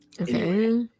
Okay